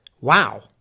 wow